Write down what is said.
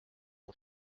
mon